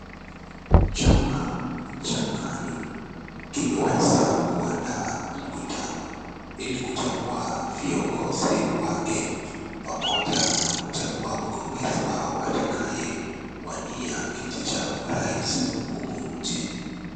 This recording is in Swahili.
Chama cha KANU kimeweza kuanda mkutano ili kuchagua viongozi wake pamoja na kuchagua mgombezi wao atakaye wania kiti cha urais humu nchini.